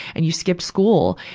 and you skipped school.